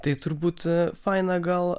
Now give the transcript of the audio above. tai turbūt faina gal